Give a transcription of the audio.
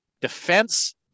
defense